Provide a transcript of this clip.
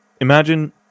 imagine